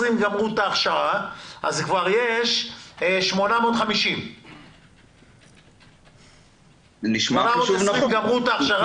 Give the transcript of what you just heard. גמרו את ההכשרה אז יש כבר 850. 820 גמרו את ההכשרה,